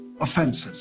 offenses